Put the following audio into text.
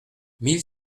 mille